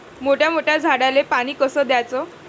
मोठ्या मोठ्या झाडांले पानी कस द्याचं?